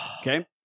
Okay